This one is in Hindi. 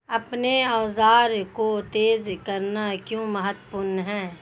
अपने औजारों को तेज करना क्यों महत्वपूर्ण है?